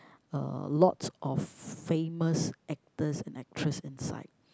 a lot of famous actors and actress inside